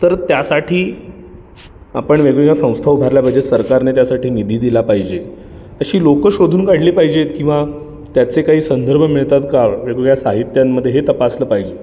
तर त्यासाठी आपण वेगवेगळ्या संस्था उभारल्या पाहिजे सरकारने त्यासाठी निधी दिला पाहिजे अशी लोकं शोधून काढली पाहिजेत किंवा त्याचे काही संदर्भ मिळतात का वेगवेगळ्या साहित्यांमध्ये हे तपासलं पाहिजे